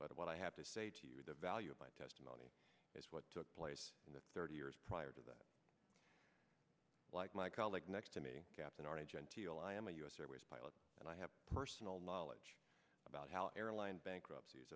but what i have to say to you the value of my testimony is what took place in the thirty years prior to that like my colleague next to me captain arnie genteel i am a u s air as pilot and i have personal knowledge about how airline bankruptcies